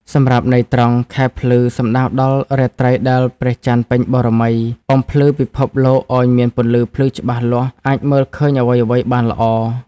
សម្រាប់ន័យត្រង់ ខែភ្លឺ សំដៅដល់ រាត្រីដែលព្រះចន្ទពេញបូរមី បំភ្លឺពិភពលោកឲ្យមានពន្លឺភ្លឺច្បាស់លាស់ អាចមើលឃើញអ្វីៗបានល្អ។